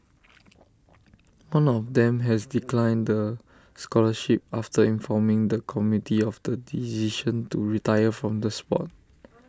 one of them has declined the scholarship after informing the committee of the decision to retire from the Sport